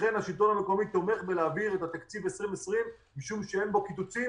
לכן השלטון המקומי תומך בהעברת תקציב 2020 משום שאין בו קיצוצים,